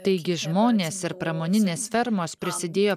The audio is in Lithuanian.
taigi žmonės ir pramoninės fermos prisidėjo